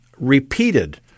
repeated